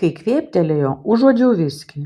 kai kvėptelėjo užuodžiau viskį